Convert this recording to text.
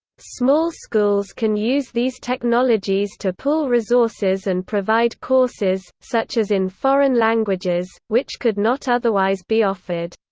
small schools can use these technologies to pool resources and provide courses, such as in foreign languages, which could not otherwise be offered.